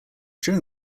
during